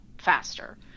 faster